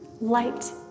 light